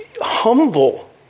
humble